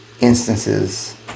instances